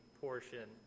portion